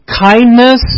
Kindness